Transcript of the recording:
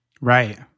Right